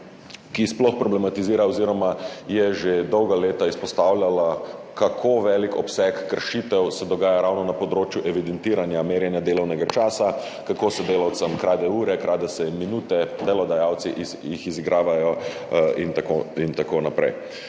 ki sploh problematizira oziroma je že dolga leta izpostavljala, kako velik obseg kršitev se dogaja ravno na področju evidentiranja, merjenja delovnega časa, kako se delavcem krade ure, krade se jim minute, delodajalci jih izigravajo in tako naprej.